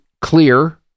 clear